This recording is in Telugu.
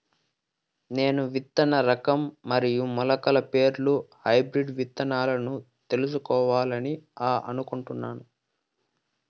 నేను విత్తన రకం మరియు మొలకల పేర్లు హైబ్రిడ్ విత్తనాలను తెలుసుకోవాలని అనుకుంటున్నాను?